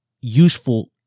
useful